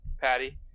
Patty